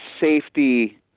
safety